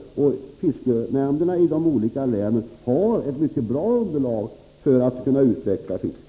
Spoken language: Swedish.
Och fiskenämnderna i de olika länen har ett mycket bra underlag för att utveckla fisket.